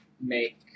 make